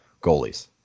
goalies